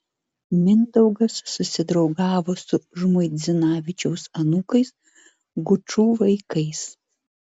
mindaugas susidraugavo su žmuidzinavičiaus anūkais gučų vaikais